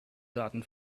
daten